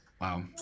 Wow